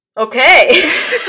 Okay